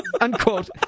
unquote